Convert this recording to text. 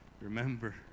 remember